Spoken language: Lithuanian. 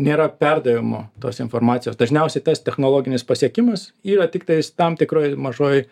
nėra perdavimo tos informacijos dažniausiai tas technologinis pasiekimas yra tiktais tam tikroj mažoj